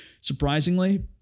surprisingly